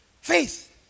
faith